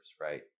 right